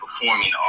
performing